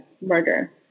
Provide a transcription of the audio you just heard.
murder